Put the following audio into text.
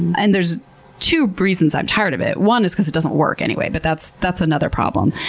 and there's two reasons i'm tired of it. one is because it doesn't work anyway, but that's that's another problem.